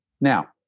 Now